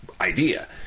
idea